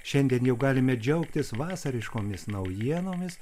šiandien jau galime džiaugtis vasariškomis naujienomis